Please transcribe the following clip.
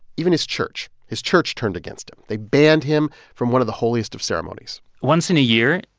even his church. his church turned against him. they banned him from one of the holiest of ceremonies once in a year,